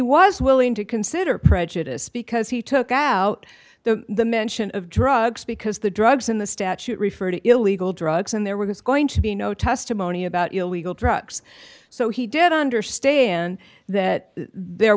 was willing to consider prejudice because he took out the the mention of drugs because the drugs in the statute refer to illegal drugs and there was going to be no testimony about illegal drugs so he did understand that there